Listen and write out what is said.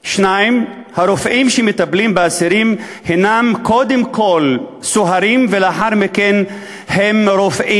2. הרופאים שמטפלים באסירים הנם קודם כול סוהרים ולאחר מכן רופאים.